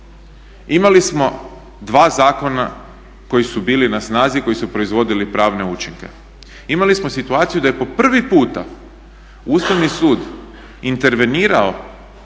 Imali smo dva zakona koji su bili na snazi, koji su proizvodili pravne učinke, imali smo situaciju da je po prvi puta Ustavni sud intervenirao